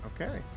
Okay